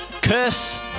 Curse